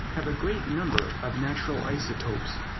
have a great number of natural isotopes.